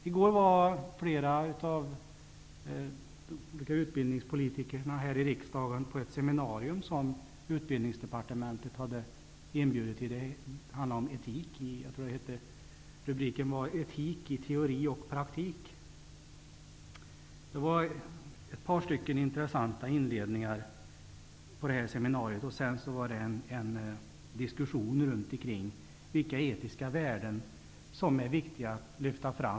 I går var flera av utbildningspolitikerna här i riksdagen på ett seminarium som Rubriken var ''Etik i teori och praktik''. Det var ett par stycken intressanta inledningar på seminariet, och sedan fördes en diskussion kring vilka etiska värden som måste lyftas fram.